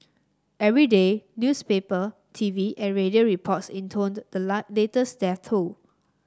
every day newspaper T V and radio reports intoned the latest death toll